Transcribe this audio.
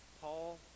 paul